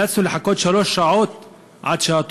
נאלצנו לחכות שלוש שעות בתור.